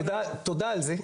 תודה על זה,